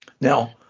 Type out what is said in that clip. Now